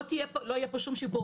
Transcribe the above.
לא יהיה פה שום שיפור.